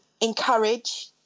encourage